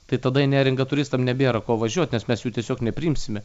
tai tada į neringą turistam nebėra ko važiuot nes mes jų tiesiog nepriimsime